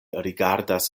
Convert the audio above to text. rigardas